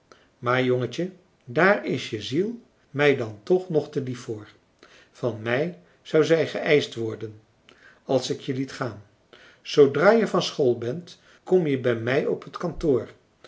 maar jongentje daar is je ziel mij dan toch nog te lief voor van mij zou zij geëischt worden als ik je liet gaan zoodra je van school bent kom je bij mij op het kantoor